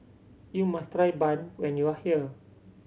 you must try bun when you are here